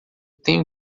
tenho